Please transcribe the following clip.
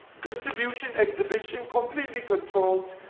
distribution, exhibition, completely controlled.